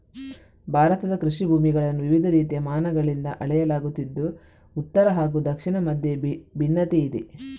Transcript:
ಭಾರತದ ಕೃಷಿ ಭೂಮಿಗಳನ್ನು ವಿವಿಧ ರೀತಿಯ ಮಾನಗಳಿಂದ ಅಳೆಯಲಾಗುತ್ತಿದ್ದು ಉತ್ತರ ಹಾಗೂ ದಕ್ಷಿಣದ ಮಧ್ಯೆ ಭಿನ್ನತೆಯಿದೆ